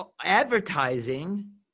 advertising